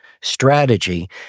strategy